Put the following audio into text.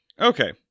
Okay